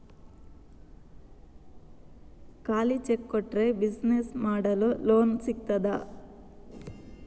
ಖಾಲಿ ಚೆಕ್ ಕೊಟ್ರೆ ಬಿಸಿನೆಸ್ ಮಾಡಲು ಲೋನ್ ಸಿಗ್ತದಾ?